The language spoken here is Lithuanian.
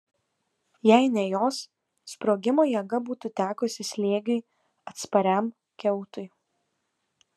jei ne jos sprogimo jėga būtų tekusi slėgiui atspariam kiautui